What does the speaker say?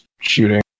shooting